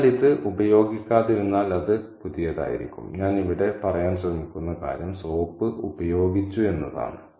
അതിനാൽ ഇത് ഉപയോഗിക്കാതിരുന്നാൽ അത് പുതിയതായിരിക്കും ഞാൻ ഇവിടെ പറയാൻ ശ്രമിക്കുന്ന കാര്യം സോപ്പ് ഉപയോഗിച്ചു എന്നതാണ്